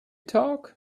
talk